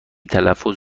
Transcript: تلفظ